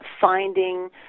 finding